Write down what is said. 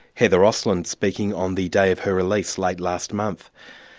heather osland, speaking on the day of her release late last month.